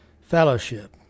fellowship